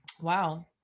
Wow